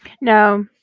No